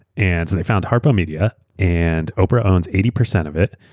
and and they found harpo media. and oprah owns eighty percent of it,